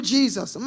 Jesus